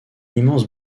immense